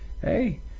Hey